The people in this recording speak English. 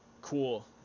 cool